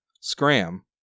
Scram